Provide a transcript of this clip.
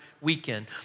weekend